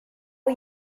are